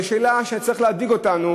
זאת שאלה שצריכה להדאיג אותנו